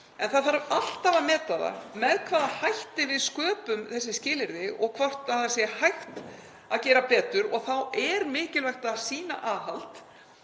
en það þarf alltaf að meta með hvaða hætti við sköpum þessi skilyrði og hvort hægt sé að gera betur. Þá er mikilvægt að sýna aðhald